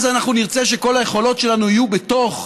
אז אנחנו נרצה שכל היכולות שלנו יהיו בתוך